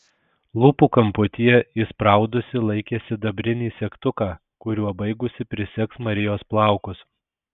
lūpų kamputyje įspraudusi laikė sidabrinį segtuką kuriuo baigusi prisegs marijos plaukus